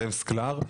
זאב סקלר,